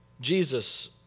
Jesus